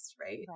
right